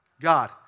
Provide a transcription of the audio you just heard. God